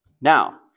Now